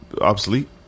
Obsolete